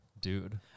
dude